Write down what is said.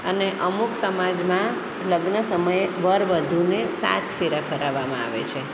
અને અમુક સમાજમાં લગ્ન સમયે વર વધુને સાત ફેરા ફેરવવામાં આવે છે